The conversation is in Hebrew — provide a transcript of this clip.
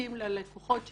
ממליצים ללקוחות שלנו: